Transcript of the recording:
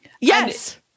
Yes